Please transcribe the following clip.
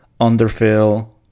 underfill